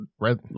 red